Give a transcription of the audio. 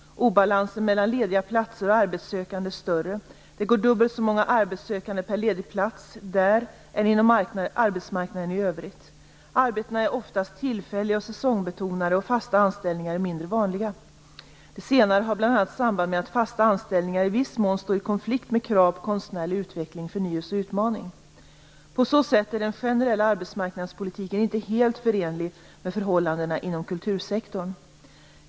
Obalansen mellan lediga platser och arbetssökande är större - det går dubbelt så många arbetssökande per ledig plats där än inom arbetsmarknaden i övrigt. Arbetena är oftast tillfälliga och säsongsbetonade och fasta anställningar är mindre vanliga. Det senare har bl.a. samband med att fasta anställningar i viss mån står i konflikt med krav på konstnärlig utveckling, förnyelse och utmaning. På så sätt är den generella arbetsmarknadspolitiken inte helt förenlig med förhållandena inom kultursektorn.